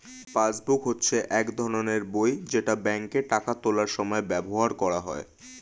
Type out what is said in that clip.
passbook হচ্ছে এক ধরনের বই যেটা ব্যাংকে টাকা তোলার সময় ব্যবহার করা হয়